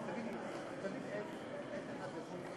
נמצאת כאן ואנחנו הידידים שלכם.